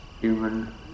human